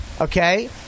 Okay